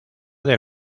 del